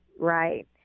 Right